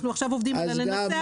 אנחנו עכשיו עובדים על הניסוח.